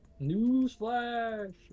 Newsflash